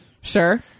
sure